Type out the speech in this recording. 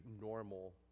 normal